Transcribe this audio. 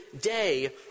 day